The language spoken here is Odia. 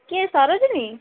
କିଏ ସରୋଜିନୀ